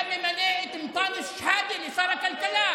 היה ממנה את אנטאנס שחאדה לשר הכלכלה.